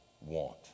want